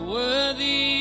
worthy